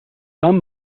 some